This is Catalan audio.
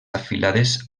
afilades